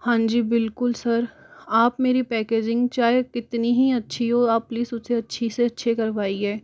हाँ जी बिल्कुल सर आप मेरी पैकिजींग चाहे कितनी ही अच्छी हो आप प्लीज़ उसे अच्छी से अच्छी करवाइए